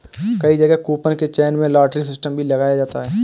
कई जगह कूपन के चयन में लॉटरी सिस्टम भी लगाया जाता है